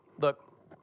Look